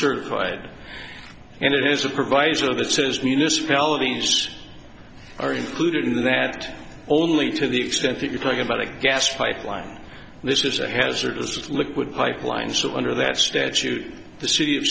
certified and it has a proviso that says municipalities are included in that only to the extent that you're talking about a gas pipeline this is a hazardous liquid pipeline so under that statute the city of